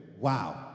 Wow